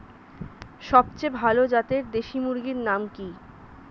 সবচেয়ে ভালো জাতের দেশি মুরগির নাম কি?